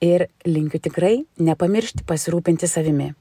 ir linkiu tikrai nepamiršt pasirūpinti savimi